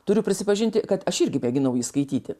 turiu prisipažinti kad aš irgi mėginau jį skaityti